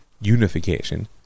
unification